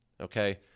okay